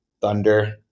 Thunder